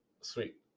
Sweet